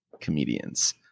comedians